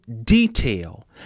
detail